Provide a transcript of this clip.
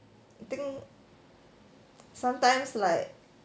think sometimes like